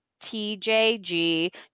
TJG